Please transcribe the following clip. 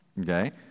Okay